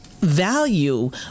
Value